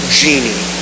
genie